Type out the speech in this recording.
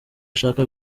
ashaka